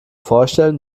vorstellen